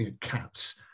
cats